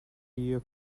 year